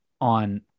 on